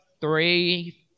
three